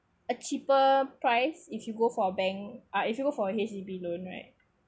a cheaper price if you go for bank uh if you go for H_D_B loan right